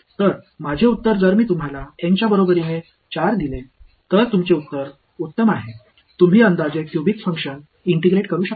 तर माझे उत्तर जर मी तुम्हाला N च्या बरोबरीने 4 दिले तर तुमचे उत्तर उत्तम आहे तुम्ही अंदाजे क्यूबिक फंक्शन इंटिग्रेट करू शकता